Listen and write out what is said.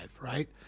right